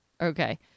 Okay